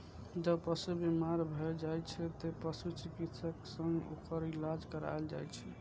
जब पशु बीमार भए जाइ छै, तें पशु चिकित्सक सं ओकर इलाज कराएल जाइ छै